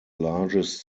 largest